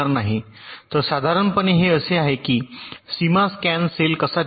तर साधारणपणे हे असे आहे की सीमा स्कॅन सेल कसा दिसतो